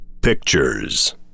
pictures